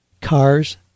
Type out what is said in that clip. cars